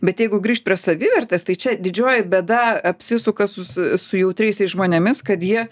bet jeigu grįžt prie savivertės tai čia didžioji bėda apsisuka su su jautriaisiais žmonėmis kad jie